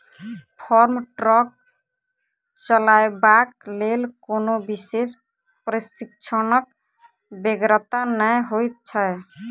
farm truck चलयबाक लेल कोनो विशेष प्रशिक्षणक बेगरता नै होइत छै